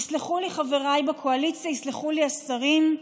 יסלחו לי חבריי בקואליציה, יסלחו לי השרים,